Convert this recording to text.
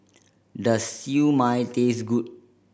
does Siew Mai taste good